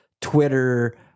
Twitter